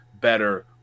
better